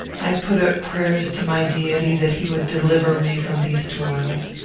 i put up prayers to my deity that he would deliver me from these toils.